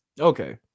Okay